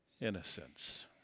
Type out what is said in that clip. innocence